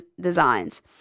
Designs